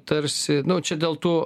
tarsi nu čia dėl tų